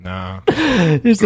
Nah